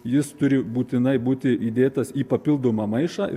jis turi būtinai būti įdėtas į papildomą maišą